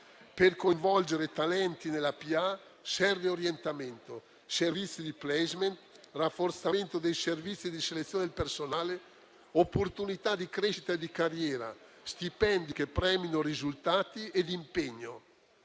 Per coinvolgere talenti nella pubblica amministrazione, servono orientamento, servizi di *placement*, rafforzamento dei servizi di selezione del personale, opportunità di crescita di carriera e stipendi che premino risultati ed impegno.